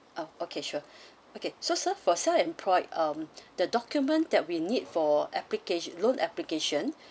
um okay sure okay so so for self-employed um the document that we need for application loan application